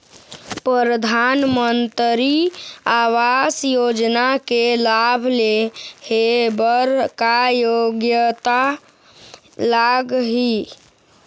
परधानमंतरी आवास योजना के लाभ ले हे बर का योग्यता लाग ही?